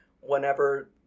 whenever